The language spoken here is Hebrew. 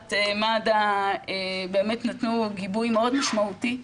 והנהלת מד"א באמת נתנו גיבוי מאוד משמעותי,